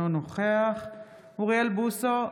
אינו נוכח אוריאל בוסו,